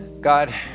God